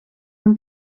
ним